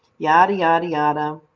yadda, yadda, yadda.